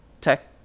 tech